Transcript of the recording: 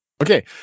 Okay